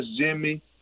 Jimmy